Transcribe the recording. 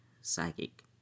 psychic